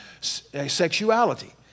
sexuality